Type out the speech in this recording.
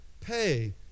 pay